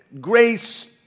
grace